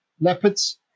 leopards